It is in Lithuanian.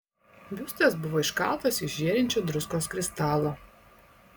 biustas buvo iškaltas iš žėrinčio druskos kristalo